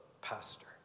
pastor